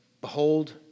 behold